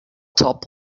top